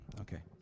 Okay